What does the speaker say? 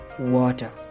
water